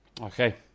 Okay